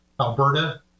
alberta